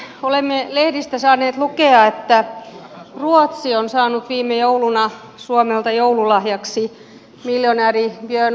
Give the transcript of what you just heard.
olemme lehdistä saaneet lukea että ruotsi on saanut viime jouluna suomelta joululahjaksi miljonääri björn wahlroosin